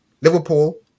Liverpool